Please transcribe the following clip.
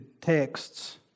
texts